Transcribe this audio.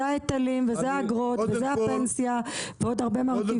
זה ההיטלים וזה האגרות וזה הפנסיה ועוד הרבה מרכיבים.